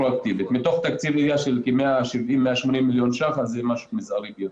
מתוך תקציב עירייה של כ-180-170 מיליון ₪ זה משהו מזערי ביותר.